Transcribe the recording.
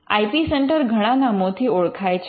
I P centre ઘણા નામોથી ઓળખાય છે